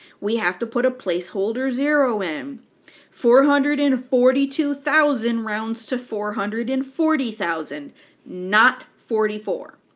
we have to put a placeholder zero in four hundred and forty two thousand rounds to four hundred and forty thousand not forty four.